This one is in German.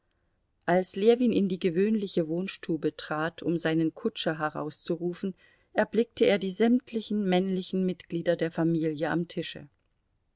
als ljewin in die gewöhnliche wohnstube trat um seinen kutscher herauszurufen erblickte er die sämtlichen männlichen mitglieder der familie am tische